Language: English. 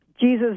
Jesus